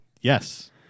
Yes